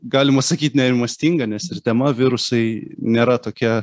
galima sakyt nerimastinga nes ir tema virusai nėra tokia